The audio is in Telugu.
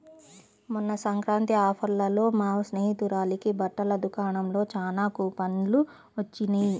మొన్న సంక్రాంతి ఆఫర్లలో మా స్నేహితురాలకి బట్టల దుకాణంలో చానా కూపన్లు వొచ్చినియ్